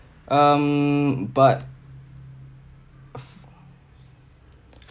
um but